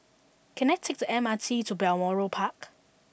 can I take the M R T to Balmoral Park